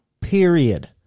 Period